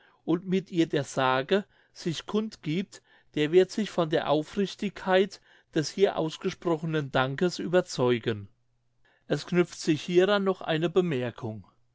und mit ihr der sage sich kund giebt der wird sich von der aufrichtigkeit des hier ausgesprochenen dankes überzeugen es knüpft sich hieran noch eine bemerkung